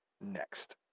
next